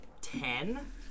Ten